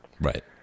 Right